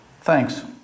Thanks